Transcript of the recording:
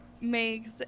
makes